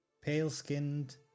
Pale-skinned